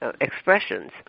expressions